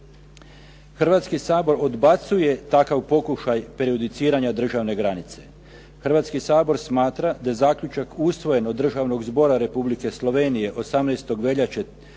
Hrvatski sabor odbacuje takav pokušaj prejudiciranja državne granice. Hrvatski sabor smatra da je zaključak usvojen od Državnog zbora Republike Slovenije 18. veljače